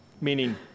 meaning